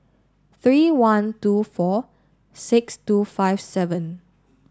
three one two four six two five seven